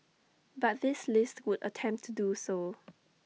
but this list would attempt to do so